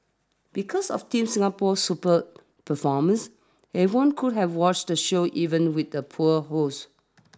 because of Team Singapore's superb performances everyone could have watched the show even with the poor host